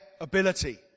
ability